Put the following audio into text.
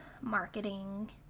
marketing